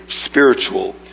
spiritual